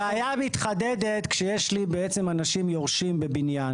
הבעיה מתחדדת כשיש לי בעצם אנשים יורשים בבניין.